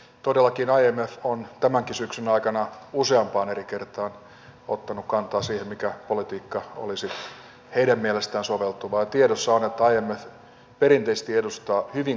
todellakin imf on tämänkin syksyn aikana useampaan eri kertaan ottanut kantaa siihen mikä politiikka olisi heidän mielestään soveltuvaa ja tiedossa on että imf perinteisesti edustaa hyvin konservatiivista talousajattelua